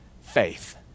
faith